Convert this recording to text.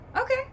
Okay